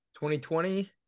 2020